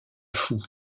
fou